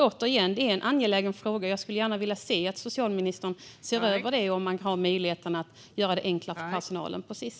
Återigen: Det är en angelägen fråga, och jag skulle gärna vilja se att socialministern såg över om det finns möjlighet att göra det enklare för personalen på Sis.